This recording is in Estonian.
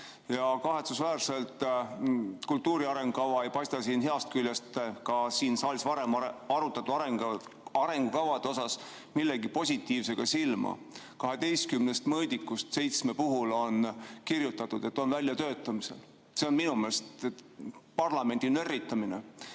Kahetsusväärselt kultuuri arengukava ei paista heast küljest ka siin saalis varem arutatud arengukavade kõrval millegi positiivsega silma. Siin on 12 mõõdikust seitsme puhul kirjutatud, et on väljatöötamisel. See on minu meelest parlamendi nörritamine.